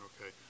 okay